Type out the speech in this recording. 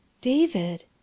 David